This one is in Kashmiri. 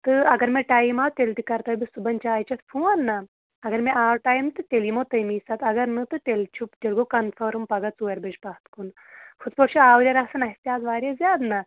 تہٕ اگر مےٚ ٹایِم آو تیلہِ تہِ کَرٕ تۄہہِ بہٕ صُبَن چاے چٮ۪تھ فون نہ اگر مےٚ آو ٹایم تہٕ تیٚلہِ یِمو تمی ساتہٕ اگر نہٕ تہٕ تیٚلہِ چھُ تیٚلہِ گوٚو کَنفٲرٕم پگاہ ژورِ بَجہِ پَتھ کُن ہُتھ پٲٹھۍ چھُ آوریر آسان اَسہِ اَز واریاہ زیادٕ نہ